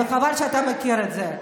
מקווה שאתה מכיר את זה.